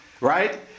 right